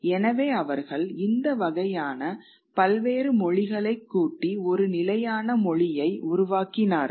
எனவே அவர்கள் இந்த வகையான பல்வேறு மொழிகளைக் கூட்டி ஒரு நிலையான மொழியை உருவாக்கினார்கள்